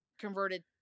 converted